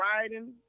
riding